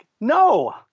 no